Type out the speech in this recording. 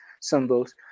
symbols